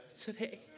today